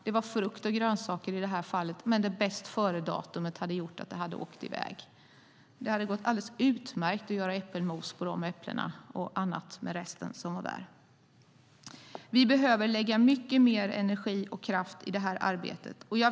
Det var frukt och grönsaker i det här fallet där bästföredatumet hade gjort att det hade åkt i väg. Det hade gått alldeles utmärkt att göra äppelmos på de äpplena. Vi behöver lägga mycket mer energi och kraft på det här arbetet.